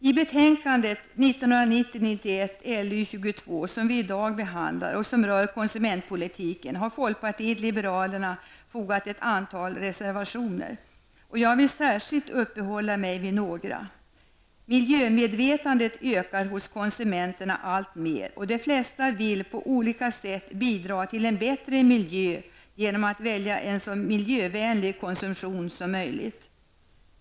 I det betänkande som i dag behandlas om konsumentpolitiken har folkpartiet liberalerna anfört ett antal reservationer. Jag vill särskilt uppehålla mig vid några. Miljömedvetandet ökar hos konsumenterna alltmer och de flesta vill på olika sätt bidra till en bättre miljö genom att välja en så miljövänlig konsumtion som möjligt.